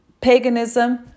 paganism